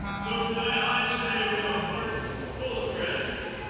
so tonight, i say with a heart full of gratitude,